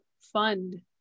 fund